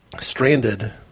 stranded